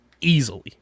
easily